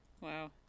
Wow